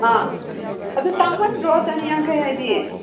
ꯑꯥ ꯑꯗꯣ ꯇꯥꯡꯃꯟꯗ꯭ꯔꯣ ꯆꯅꯤ ꯌꯥꯡꯈꯩ ꯍꯥꯏꯗꯤ